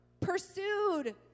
pursued